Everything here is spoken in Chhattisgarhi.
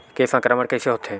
के संक्रमण कइसे होथे?